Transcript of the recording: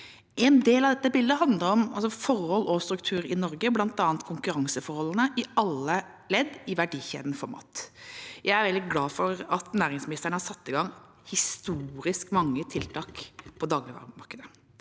En del av dette bildet handler om forhold og struktur i Norge, bl.a. konkurranseforholdene i alle ledd i verdikjeden for mat. Jeg er veldig glad for at næringsministeren har satt i gang historisk mange tiltak rettet mot dagligvaremarkedet.